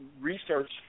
research